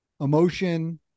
emotion